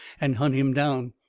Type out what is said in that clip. and hunt him down.